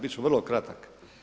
Bit ću vrlo kratak.